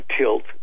tilt